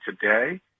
today